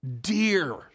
dear